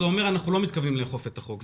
זה אומר שאנחנו לא מתכוונים לאכוף את החוק.